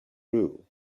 rule